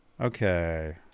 Okay